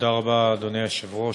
תודה רבה, אדוני היושב-ראש.